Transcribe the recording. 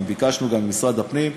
ביקשנו גם ממשרד הפנים,